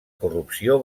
corrupció